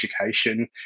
education